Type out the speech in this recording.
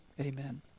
Amen